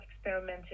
experimenting